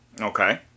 Okay